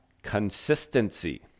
consistency